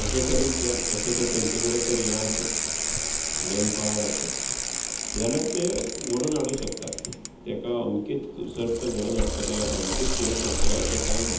अशें करीत अशें जर तेंचे कडेन ये आसत मेन पावर आसत जाल्यार ते घडोवन हाडूंक शकता तेका अमकीत सर्त घडोन हाडटले अमकीत हे करतले अशें कांय ना